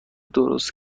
درست